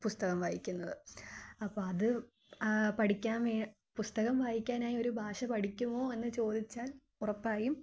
പുസ്തകം വായിക്കുന്നത് അപ്പോഴത് പഠിക്കാൻ പുസ്തകം വായിക്കാനായി ഒരു ഭാഷ പഠിക്കുമോ എന്ന് ചോദിച്ചാൽ ഉറപ്പായും